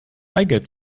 eigelb